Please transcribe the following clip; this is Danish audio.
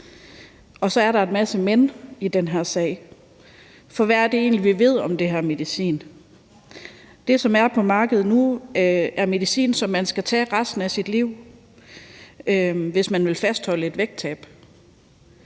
Så er der en masse men'er i den her sag. For hvad er det egentlig, vi ved om den her medicin? Den, som er på markedet nu, er medicin, som man skal tage resten af sit liv, hvis man vil fastholde et vægttab.